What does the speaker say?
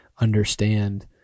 understand